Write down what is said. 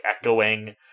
echoing